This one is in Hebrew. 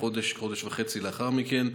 כחודש או חודש וחצי לאחר מכן,